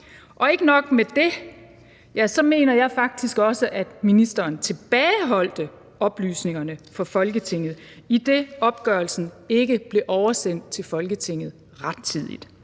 Og ikke nok med det, jeg mener faktisk også, at ministeren tilbageholdt oplysningerne for Folketinget, idet opgørelsen ikke blev oversendt til Folketinget rettidigt.